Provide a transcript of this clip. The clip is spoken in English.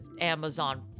Amazon